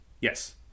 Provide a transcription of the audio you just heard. Yes